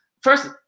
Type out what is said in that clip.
First